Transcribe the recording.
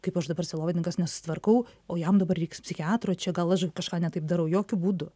kaip aš dabar sielovadininkas nesusitvarkau o jam dabar reiks psichiatro čia gal aš kažką ne taip darau jokiu būdu